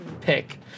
pick